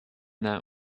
that